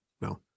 no